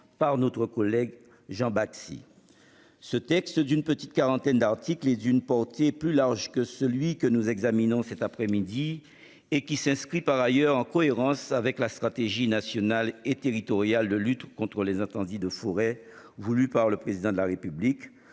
par notre collègue Jean Bacci. Ce texte d'une petite quarantaine d'articles et d'une portée plus large que celui que nous examinons cet après-midi et qui s'inscrit par ailleurs en cohérence avec la stratégie nationale et territoriale de lutte contre les incendies de forêt voulue par le président de la République